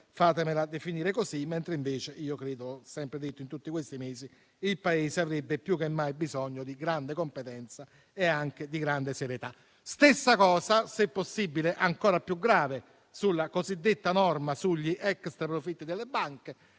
fatemela definire così - mentre invece io credo - come ho sempre detto in tutti questi mesi - che il Paese avrebbe più che mai hai bisogno di grande competenza e di grande serietà. Stessa cosa, se possibile ancora più grave, per quanto riguarda la cosiddetta norma sugli extraprofitti delle banche.